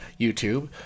YouTube